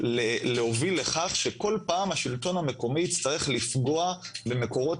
להוביל לכך שכל פעם השלטון המקומי יצטרך לפגוע במקורות